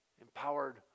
empowered